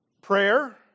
Prayer